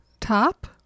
top